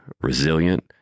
resilient